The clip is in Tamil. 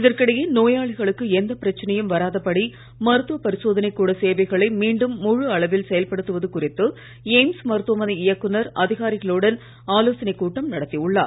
இதற்கிடையே நோயாளிகளுக்கு எந்தப் பிரச்சனையும் வராதபடி மருத்துவப் பரிசோதனைக் கூட சேவைகளை மீண்டும் முழு அளவில் செயல்படுத்துவது குறித்து எய்ம்ஸ் மருத்துவமனை இயக்குனர் அதிகாரிகளுடன் ஆலோசனைக் கூட்டம் நடத்தியுள்ளார்